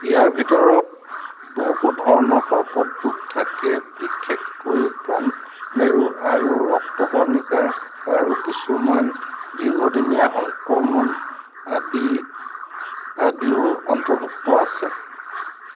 ইয়াৰ ভিতৰত বহু ধৰণৰ কৰ্কট ৰোগ থাকে বিশেষকৈ ব'ন ব'ন আৰু ৰক্তকণিকাৰ আৰু কিছুমান দীৰ্ঘদিনীয়া সংক্ৰমণ আদি আদিও অন্তৰ্ভুক্ত আছে